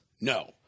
No